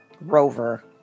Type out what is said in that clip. Rover